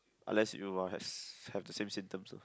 unless you are have have the same symptoms